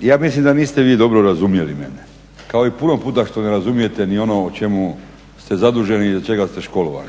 ja mislim da niste vi dobro razumjeli mene, kao i puno puta što ne razumijete ni ono o čemu ste zaduženi i za čega se školovani.